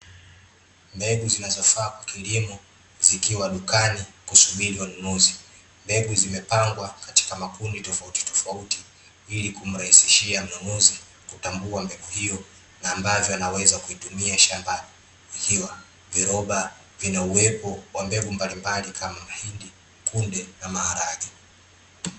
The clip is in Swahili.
Mbegu zinazofaa kwa kilimo, zikiwa dukani , kusubiri wanunuzi. Mbegu zimepangwa katika makundi tofauti tofauti, ili kumrahisishia mnunuzi kutambua mbegu hiyo na ambavyo anaweza kuitumia shambani, ikiwa viroba vinauwepo wa mbegu mbalimballi kama mahindi, kunde na maharage.